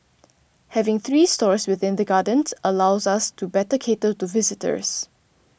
having three stores within the gardens allows us to better cater to visitors